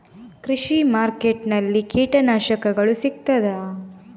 ಕೃಷಿಮಾರ್ಕೆಟ್ ನಲ್ಲಿ ಕೀಟನಾಶಕಗಳು ಸಿಗ್ತದಾ?